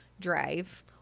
drive